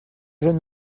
jeunes